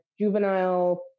juvenile